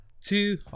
Two